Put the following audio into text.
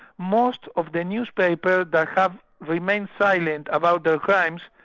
most of the newspapers that had remained silent about their crimes,